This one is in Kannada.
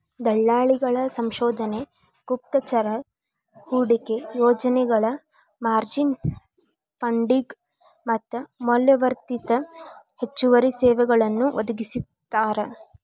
ದಲ್ಲಾಳಿಗಳ ಸಂಶೋಧನೆ ಗುಪ್ತಚರ ಹೂಡಿಕೆ ಯೋಜನೆಗಳ ಮಾರ್ಜಿನ್ ಫಂಡಿಂಗ್ ಮತ್ತ ಮೌಲ್ಯವರ್ಧಿತ ಹೆಚ್ಚುವರಿ ಸೇವೆಗಳನ್ನೂ ಒದಗಿಸ್ತಾರ